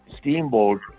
Steamboat